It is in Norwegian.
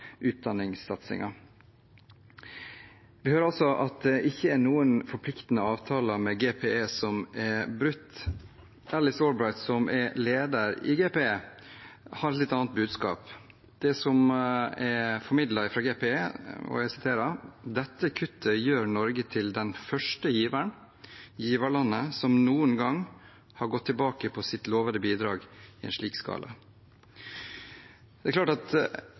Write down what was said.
Vi hører altså at ingen forpliktende avtaler med GPE er brutt. Alice Albright, som er leder i GPE, har et litt annet budskap. Det som er formidlet fra dem – og jeg siterer – er: Dette gjør Norge til det første giverlandet som noen gang har gått tilbake på sitt lovede bidrag i en slik skala. Det er